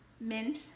mint